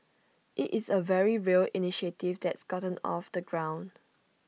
IT is A very real initiative that's gotten off the ground